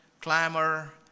clamor